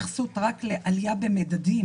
יש רכישת צרכי משרד,